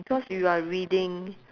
because you are reading